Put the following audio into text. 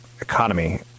economy